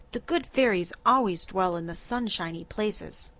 the good fairies always dwell in the sunshiny places.